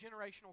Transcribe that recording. generational